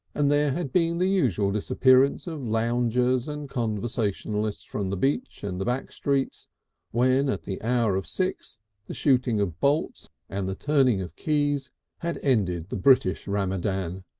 and there had been the usual disappearance of loungers and conversationalists from the beach and the back streets when at the hour of six the shooting of bolts and the turning of keys had ended the british ramadan,